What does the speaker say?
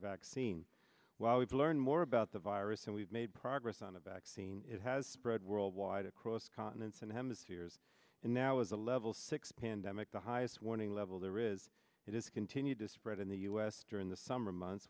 vaccine while we've learned more about the virus and we've made progress on a vaccine it has spread worldwide across continents and hemispheres and now is a level six pandemic the highest warning level there is it is continued to spread in the u s during the summer months